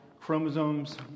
chromosomes